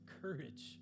courage